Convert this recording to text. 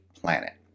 Planet